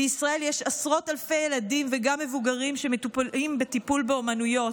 בישראל יש עשרות אלפי ילדים וגם מבוגרים שמטופלים בטיפול באומנויות.